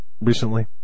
recently